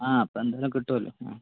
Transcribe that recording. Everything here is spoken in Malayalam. ആ അപ്പോൾ എന്തായാലും കിട്ടുവല്ലോ ആ